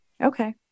Okay